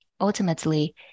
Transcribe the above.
Ultimately